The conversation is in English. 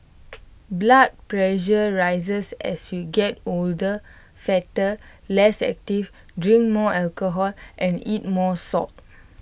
blood pressure rises as you get older fatter less active drink more alcohol and eat more salt